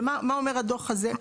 ומה אומר הדוח הזה?